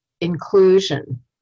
inclusion